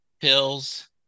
pills